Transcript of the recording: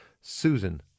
Susan